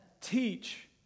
teach